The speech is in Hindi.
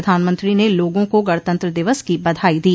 प्रधानमंत्री ने लोगों का गणतंत्र दिवस की बधाई दी